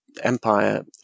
empire